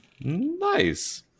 Nice